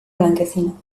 blanquecino